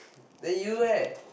then you eh